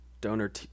Donor